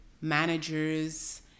managers